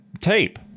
tape